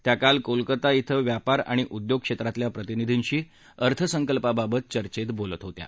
त्या काल कोलकाता इथं व्यापार आणि उद्योग क्षेत्रातल्या प्रतिनिधींशी अर्थसंकल्पाबाबत चर्चेत बोलत होत्या